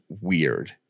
weird